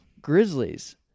Grizzlies